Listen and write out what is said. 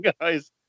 guys